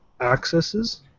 accesses